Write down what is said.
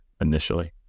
initially